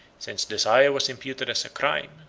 since desire was imputed as a crime,